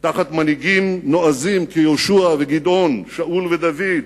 תחת מנהיגים נועזים כיהושע וגדעון, שאול ודוד,